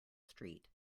street